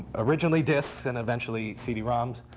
originally disks and eventually cd-roms.